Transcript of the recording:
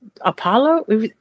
Apollo